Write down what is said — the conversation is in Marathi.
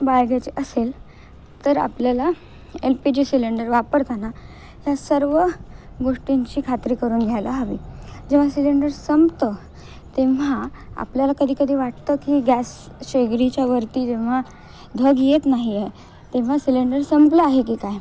बाळगायची असेल तर आपल्याला एल पी जी सिलेंडर वापरताना ह्या सर्व गोष्टींची खात्री करून घ्यायला हवी जेव्हा सिलेंडर संपतं तेव्हा आपल्याला कधी कधी वाटतं की गॅस शेगडीच्या वरती जेव्हा धग येत नाही आहे तेव्हा सिलेंडर संपलं आहे की काय